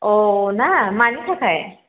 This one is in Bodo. औ ना मानि थाखाय